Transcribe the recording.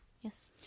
Yes